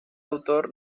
autor